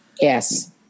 Yes